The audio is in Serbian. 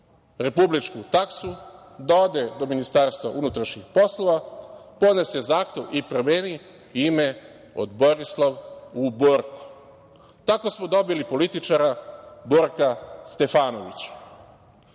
republičku taksu, da ode do Ministarstva unutrašnjih poslova, podnese zahtev i promeni ime od Borislav u Borko. Tako smo dobili političara Borka Stefanovića.